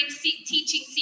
teaching